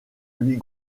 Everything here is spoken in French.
huit